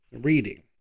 reading